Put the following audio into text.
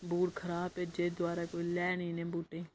boot खराब भेजे दुआरा कोई लै नी इनें बूटें गी